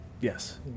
Yes